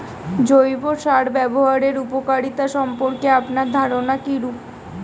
জৈব সার ব্যাবহারের উপকারিতা সম্পর্কে আপনার ধারনা কীরূপ?